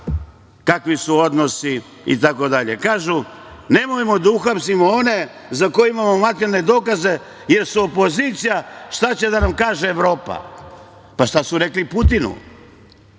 kakvi su odnosi. Kažu, nemojmo da uhapsimo one, za koje imamo materijalne dokaze, jer su opozicija, šta će da nam kaže Evropa. Pa, šta su rekli Putinu?